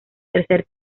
tercer